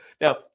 Now